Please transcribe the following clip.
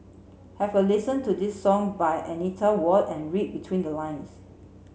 have a listen to this song by Anita Ward and read between the lines